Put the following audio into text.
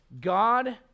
God